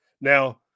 Now